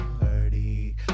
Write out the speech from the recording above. party